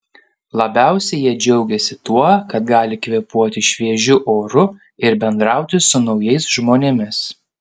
labiausiai jie džiaugėsi tuo kad gali kvėpuoti šviežiu oru ir bendrauti su naujais žmonėmis